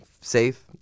Safe